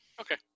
Okay